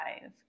five